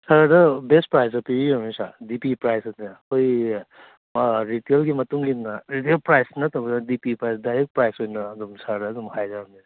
ꯁꯥꯔꯗ ꯕꯦꯁ ꯄ꯭ꯔꯥꯏꯖꯗ ꯄꯤꯕꯤꯔꯕꯅꯤ ꯁꯥꯔ ꯗꯤꯄꯤ ꯄ꯭ꯔꯥꯏꯖꯇꯅꯦ ꯑꯩꯈꯣꯏꯒꯤ ꯔꯦꯇꯦꯜꯒꯤ ꯃꯇꯨꯡ ꯏꯟꯅ ꯔꯤꯇꯦꯜ ꯄ꯭ꯔꯥꯏꯖ ꯅꯠꯇꯕꯗꯤ ꯗꯤꯄꯤ ꯄ꯭ꯔꯥꯏꯖ ꯗꯥꯏꯔꯦꯛ ꯄ꯭ꯔꯥꯏꯖ ꯑꯗꯨꯝ ꯁꯥꯔꯗꯨ ꯑꯗꯨꯝ ꯍꯥꯏꯖꯕꯅꯦ